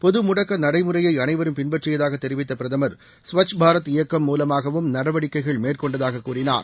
பொதுமுடக்கநடைமுறையைஅனைவரும் பின்பற்றியதாகத் தெரிவித்தபிரதமர் ஸவச் பாரத் இயக்கம் மூலமாகவும் நடவடிக்கைகள் மேற்கொண்டதாககூறினார்